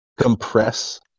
compress